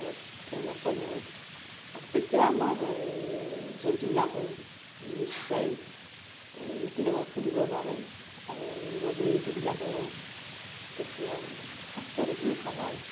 আৰু তেওঁলোকক বহুত আকৌ তেতিয়া আমাৰ এই জন্তুবিলাকো নিশ্চয় এই মুকলিভাৱে ফুুৰিব পাৰে আৰু জীৱ জন্তুবিলাকৰো তেতিয়া স্বাস্থ্য পাতিও ভাল হয়